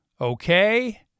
okay